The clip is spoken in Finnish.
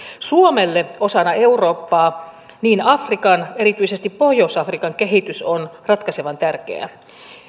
suomelle osana eurooppaa afrikan erityisesti pohjois afrikan kehitys on ratkaisevan tärkeä